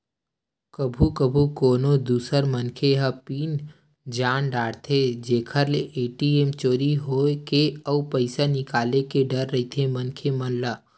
कभू कभू कोनो दूसर मनखे ह पिन जान डारथे जेखर ले ए.टी.एम चोरी होए के अउ पइसा निकाले के डर रहिथे मनखे मन ल